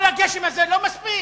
כל הגשם הזה לא מספיק?